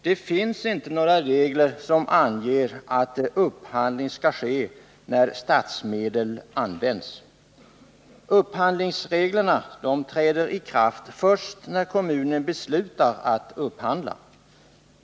Det finns inte några regler som anger att upphandling skall ske när statsmedel används. Upphandlingsreglerna träder i kraft när kommunen beslutar att upphandla.